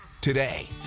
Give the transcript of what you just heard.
today